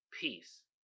Peace